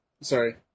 sorry